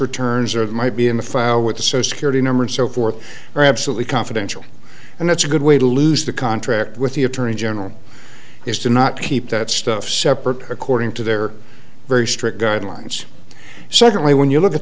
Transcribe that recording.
returns or it might be in the file with the so security number and so forth are absolutely confidential and that's a good way to lose the contract with the attorney general is to not keep that stuff separate according to their very strict guidelines secondly when you look at